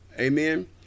Amen